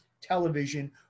television